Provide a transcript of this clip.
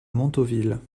montauville